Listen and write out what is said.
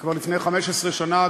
כבר לפני 15 שנה,